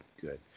good